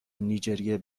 نیجریه